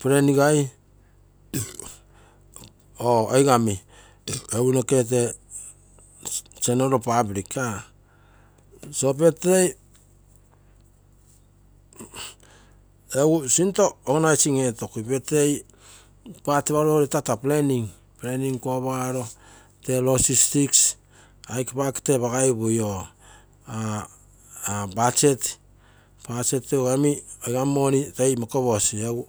friends general public birthday intoko planning etagui tee logistic budget ogo oigami.